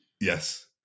Yes